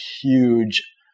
huge